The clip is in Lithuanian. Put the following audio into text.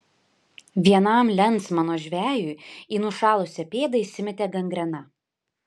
vienam lensmano žvejui į nušalusią pėdą įsimetė gangrena